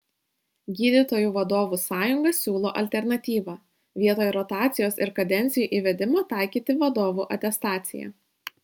gydytojų vadovų sąjunga siūlo alternatyvą vietoj rotacijos ir kadencijų įvedimo taikyti vadovų atestaciją